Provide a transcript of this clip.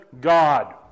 God